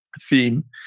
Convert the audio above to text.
theme